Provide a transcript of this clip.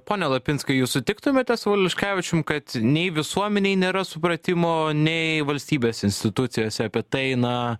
pone lapinskai jūs sutiktumėte su valiuškevičium kad nei visuomenėj nėra supratimo nei valstybės institucijose apie tai na